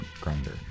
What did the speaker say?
grinder